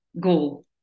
goal